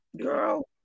girl